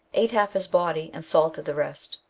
ate half his body, and salted the rest.